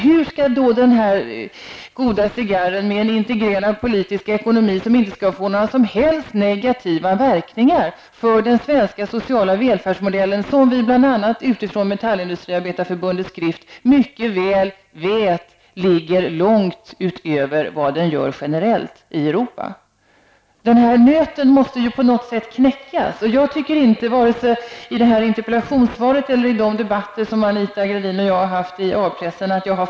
Hur skall den goda cigarren kunna skapas med en integrerad politik och ekonomi som inte skall få några som helst negativa verkningar för den svenska sociala välfärdsmodellen, som vi bl.a. med utgångspunkt i Metallindustriarbetarförbundets skrift mycket väl vet ligger långt utöver den generella i Europa? Den här nöten måste knäckas. Jag tycker inte att jag har fått något svar på denna fråga i vare sig interpellationssvaret eller i debatter som Anita Gradin och jag har haft i A-pressen.